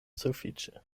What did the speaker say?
sufiĉe